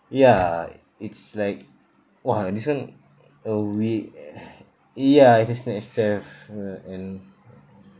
ya it's like !wah! this one uh we ya it's a snatch theft ya and